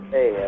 Hey